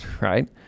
right